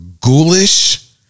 ghoulish